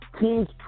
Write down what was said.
Teams